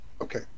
okay